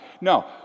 No